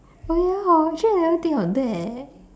oh ya hor actually I never think on that leh